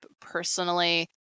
personally